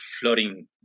floating